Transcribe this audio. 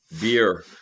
beer